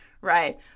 right